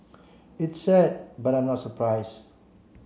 it's sad but I'm not surprise